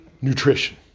nutrition